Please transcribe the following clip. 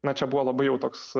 na čia buvo labai jau toks